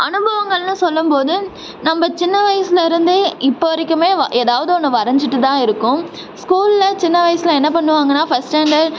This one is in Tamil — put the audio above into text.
அனுபவங்கள்னு சொல்லும் போது நம்ப சின்ன வயசுலிருந்தே இப்போ வரைக்கும் வ ஏதாவது ஒன்று வரைஞ்சிட்டு தான் இருக்கோம் ஸ்கூலில் சின்ன வயசில் என்ன பண்ணுவாங்கன்னால் ஃபஸ்ட் ஸ்டாண்டர்ட்